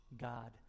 God